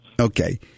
Okay